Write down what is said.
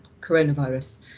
coronavirus